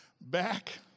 Back